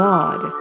God